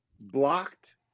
blocked